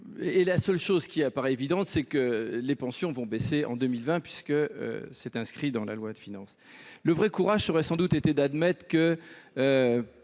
La seule chose qui apparaisse évidente, c'est que les pensions vont baisser en 2020, puisque c'est inscrit dans le projet de loi de finances. Le véritable courage aurait sans doute été d'admettre que,